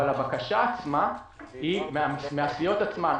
אבל הבקשה עצמה היא מהסיעות עצמן,